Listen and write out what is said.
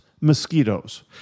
Mosquitoes